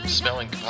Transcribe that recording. smelling